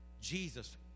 Jesus